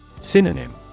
Synonym